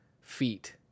feet